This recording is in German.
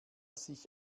sich